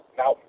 now